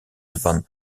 van